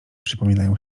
przypominają